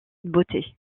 beauté